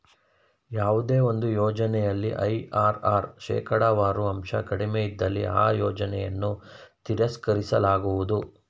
ಯಾವುದೇ ಒಂದು ಯೋಜನೆಯಲ್ಲಿ ಐ.ಆರ್.ಆರ್ ಶೇಕಡವಾರು ಅಂಶ ಕಡಿಮೆ ಇದ್ದಲ್ಲಿ ಆ ಯೋಜನೆಯನ್ನು ತಿರಸ್ಕರಿಸಲಾಗುವುದು